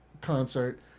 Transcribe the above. concert